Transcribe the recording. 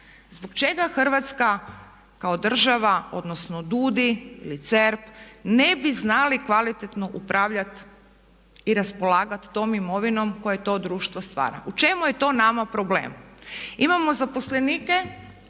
zbog čega Hrvatska kao država odnosno DUUDI ili CERP ne bi znali kvalitetno upravljati i raspolagati tom imovinom koju to društvo stvar. U čemu je to nama problem?